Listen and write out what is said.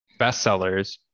bestsellers